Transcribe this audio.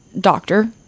doctor